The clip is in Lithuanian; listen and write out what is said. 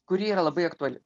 kuri yra labai aktuali